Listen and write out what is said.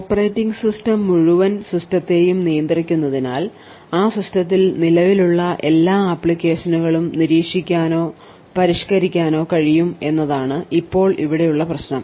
operating system മുഴുവൻ സിസ്റ്റത്തെയും നിയന്ത്രിക്കുന്നതിനാൽ ആ സിസ്റ്റത്തിൽ നിലവിലുള്ള എല്ലാ ആപ്ലിക്കേഷനുകളും നിരീക്ഷിക്കാനോ പരിഷ്ക്കരിക്കാനോ കഴിയും എന്നതാണ് ഇപ്പോൾ ഇവിടെയുള്ള പ്രശ്നം